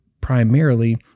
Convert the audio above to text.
primarily